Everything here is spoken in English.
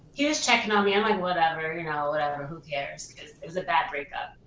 he was checking on me, i'm like whatever, you know, whatever, who cares cause it was a bad break up.